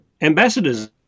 ambassadors